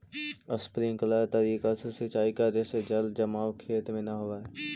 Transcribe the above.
sprinkler तरीका से सिंचाई करे से जल जमाव खेत में न होवऽ हइ